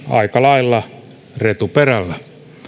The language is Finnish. aika lailla retuperällä